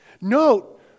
Note